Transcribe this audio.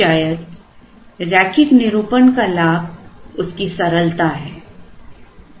शायद रैखिक निरूपण का लाभ उसकी सरलता है